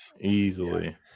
Easily